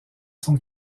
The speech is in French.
sont